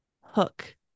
hook